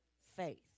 faith